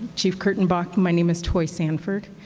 chief kurtenbach. my name is toy sanford,